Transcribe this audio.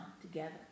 together